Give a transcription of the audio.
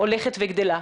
הולכת וגדלה.